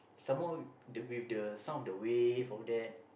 some more with the sound of the wave all that